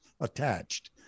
attached